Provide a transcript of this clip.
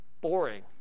Boring